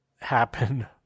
happen